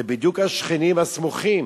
זה בדיוק השכנים הסמוכים